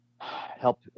help